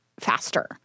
Faster